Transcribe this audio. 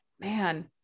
man